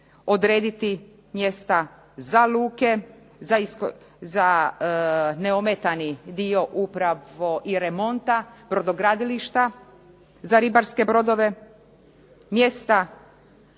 odrediti mjesta za luke, za neometani dio upravo i remonta, brodogradilišta za ribarske brodove, mjesta